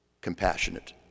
compassionate